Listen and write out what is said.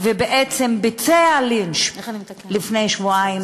ובעצם ביצע לינץ' לפני שבועיים